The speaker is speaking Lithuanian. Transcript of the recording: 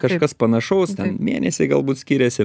kažkas panašaus ten mėnesiai galbūt skiriasi